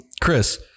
Chris